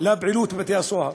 לפעילות בבתי-הסוהר.